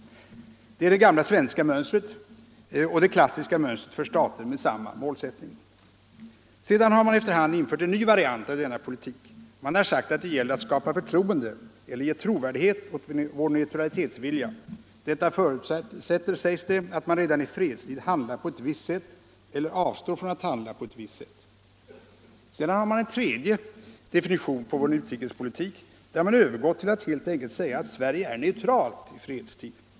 Detta är det gamla svenska mönstret och Utrikes-, handelsdet klassiska mönstret för stater med samma målsättning. och valutapolitisk Sedan har man efter hand infört en ny variant av denna politik. Man = debatt har sagt att det gäller att skapa förtroende för eller ge trovärdighet åt vår neutralitetsvilja. Detta förutsätter, sägs det, att man redan i fredstid handlar på ett visst sätt eller avstår från att handla på ett visst sätt. Det finns också en tredje definition på vår utrikespolitik. Man säger helt enkelt att Sverige är neutralt i fredstid.